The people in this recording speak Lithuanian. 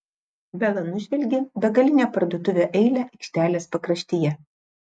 bela nužvelgė begalinę parduotuvių eilę aikštelės pakraštyje